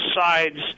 sides